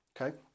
okay